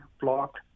blocked